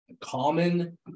Common